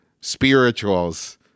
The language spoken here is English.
spirituals